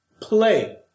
play